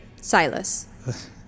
Silas